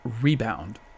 Rebound